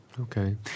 Okay